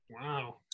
wow